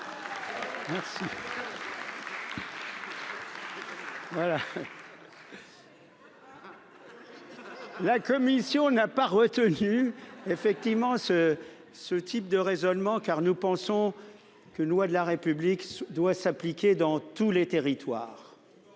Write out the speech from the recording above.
La commission n'a pas retenu. Effectivement ce ce type de raisonnement car nous pensons. Que loi de la République doit s'appliquer dans tous les territoires.